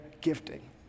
gifting